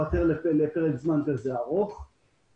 תיפתר בפרק זמן ארוך כזה.